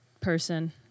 person